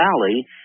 valley